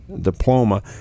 diploma